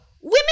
Women